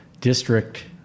District